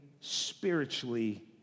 spiritually